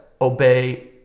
obey